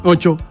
Ocho